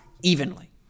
evenly